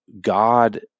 God